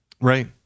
Right